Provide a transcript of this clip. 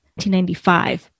1995